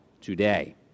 today